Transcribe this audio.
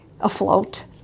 afloat